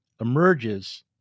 emerges